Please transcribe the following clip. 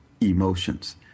emotions